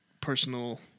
personal